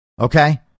Okay